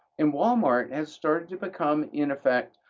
and walmart has started to become, in effect,